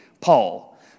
Paul